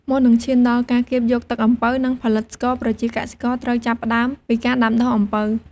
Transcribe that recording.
មុននឹងឈានដល់ការកៀបយកទឹកអំពៅ និងផលិតស្ករ ប្រជាកសិករត្រូវចាប់ផ្ដើមពីការដាំដុះអំពៅ។